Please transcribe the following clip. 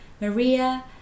Maria